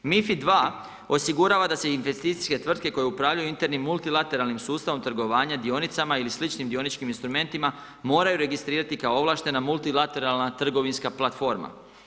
MiFID II osigurava da se investicijske tvrtke koje upravljaju internim multilateralnim sustavom trgovanja dionicama ili sličnim dioničkim instrumentima moraju registrirati kao ovlaštena multilateralna trgovinska platforma.